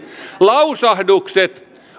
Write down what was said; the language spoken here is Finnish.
lausahdukset